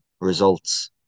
results